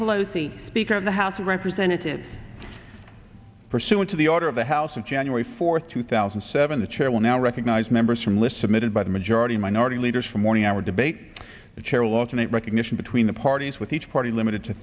pelosi speaker of the house of representatives pursuant to the order of the house of january fourth two thousand and seven the chair will now recognize members from lists of mid by the majority minority leaders for morning hour debate the chair last night recognition between the parties with each party limited to